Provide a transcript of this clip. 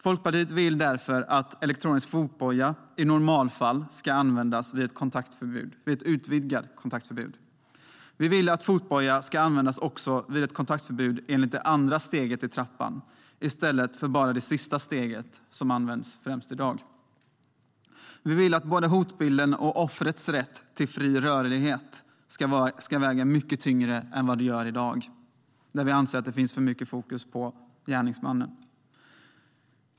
Folkpartiet vill därför att elektronisk fotboja i normalfallet ska användas vid ett utvidgat kontaktförbud. Vi vill att fotboja ska användas också vid ett kontaktförbud enligt det andra steget i trappan i stället för bara det sista steget som främst används i dag. Vi vill att både hotbilden och offrets rätt till fri rörlighet ska väga mycket tyngre än vad det gör i dag, där vi anser att det finns för mycket fokus på gärningsmannen.